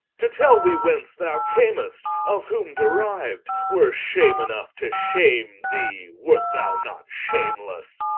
to tell thee whence thou cam'st, of whom deriu'd, were shame enough, to shame thee, wert thou not shamelesse.